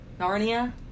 Narnia